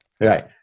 Right